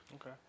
Okay